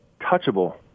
touchable